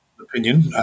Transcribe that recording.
opinion